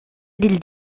dil